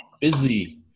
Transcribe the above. Busy